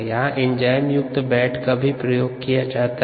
यहाँ एंजाइम युक्त बेड का भी प्रयोग किया जा सकता है